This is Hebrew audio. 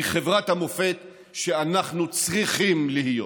מחברת המופת שאנחנו צריכים להיות.